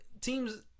teams